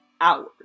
hours